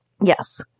yes